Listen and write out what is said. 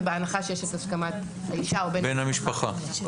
ובהנחה שיש את הסכמת האישה או בן המשפחה.